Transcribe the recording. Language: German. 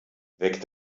weg